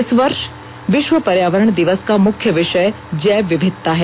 इस वर्ष विश्व पर्यावरण दिवस का मुख्य विषय जैव विविधता है